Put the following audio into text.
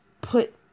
put